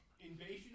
invasion